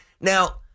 Now